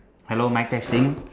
hello mic testing